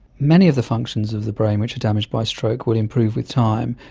many of the functions of the brain which are damaged by stroke will improve with time.